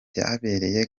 byabereye